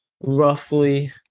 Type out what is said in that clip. roughly